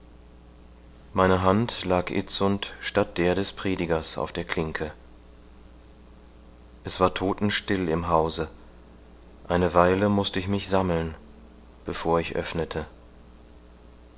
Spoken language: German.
meine hand lag itzund statt der des predigers auf der klinke es war todtenstill im hause eine weile mußte ich mich sammeln bevor ich öffnete